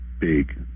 big